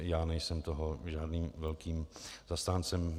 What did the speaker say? Já nejsem toho žádným velkým zastáncem.